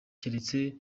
keretse